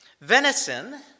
Venison